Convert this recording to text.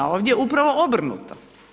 Ovdje upravo obrnuto.